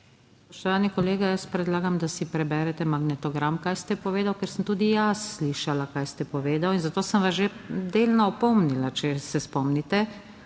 Spoštovani kolega, jaz predlagam, da si preberete magnetogram, kaj ste povedal, ker sem tudi jaz slišala kaj ste povedal in zato sem vas že delno opomnila, če se spomnite.